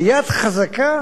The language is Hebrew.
ביד חזקה